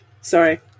Sorry